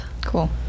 Cool